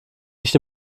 nicht